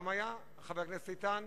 כמה היו, חבר הכנסת איתן?